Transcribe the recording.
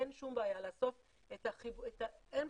אין בעיה לעשות את זה,